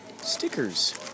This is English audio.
Stickers